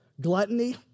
Gluttony